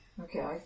Okay